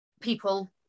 people